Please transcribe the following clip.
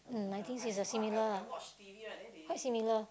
mm I think it's a similar lah quite similar